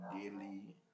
daily